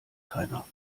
keiner